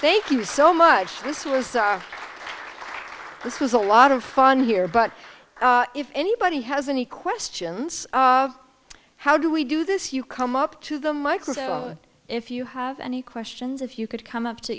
thank you so much this was this was a lot of fun here but if anybody has any questions how do we do this you come up to the microphone if you have any questions if you could come up to